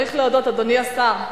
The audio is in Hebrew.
אדוני השר,